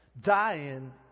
Dying